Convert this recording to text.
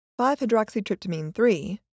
5-hydroxytryptamine-3